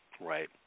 Right